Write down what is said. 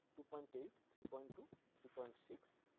two point eight, three point two, three point six,